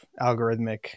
algorithmic